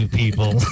people